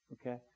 Okay